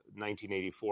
1984